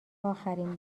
آخرین